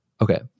Okay